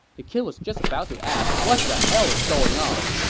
the kid was just about to ask what the hell is going on,